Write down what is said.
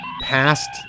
past